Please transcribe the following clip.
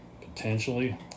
potentially